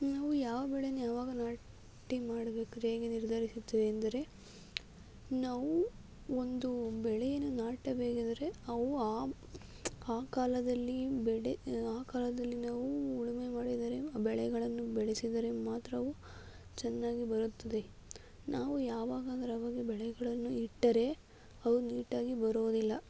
ನಾವು ಯಾವ ಬೆಳೆಯನ್ನು ಯಾವಾಗ ನಾಟಿ ಮಾಡಬೇಕಾದ್ರೆ ಹೇಗೆ ನಿರ್ಧರಿಸುತ್ತೇವೆ ಎಂದರೆ ನಾವು ಒಂದು ಬೆಳೆಯನ್ನು ನಾಟಬೇಕಾದರೆ ಅವು ಆ ಆ ಕಾಲದಲ್ಲಿ ಈ ಬೆಳೆ ಆ ಕಾಲದಲ್ಲಿ ನಾವು ಉಳುಮೆ ಮಾಡಿದರೆ ಬೆಳೆಗಳನ್ನು ಬೆಳೆಸಿದರೆ ಮಾತ್ರ ಅವು ಚೆನ್ನಾಗಿ ಬರುತ್ತದೆ ನಾವು ಯಾವಾಗ ಅಂದರೆ ಆವಾಗ ಬೆಳೆಗಳನ್ನು ಇಟ್ಟರೆ ಅವು ನೀಟಾಗಿ ಬರುವುದಿಲ್ಲ